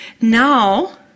Now